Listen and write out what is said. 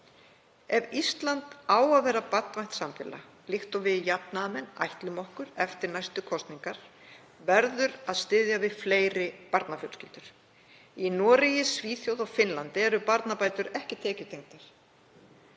Ef Ísland á að vera barnvænt samfélag, líkt og við jafnaðarmenn ætlum okkur eftir næstu kosningar, verður að styðja við fleiri barnafjölskyldur. Í Noregi, Svíþjóð og Finnlandi eru barnabætur ekki tekjutengdar